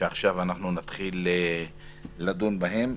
שעכשיו נתחיל לדון בהן.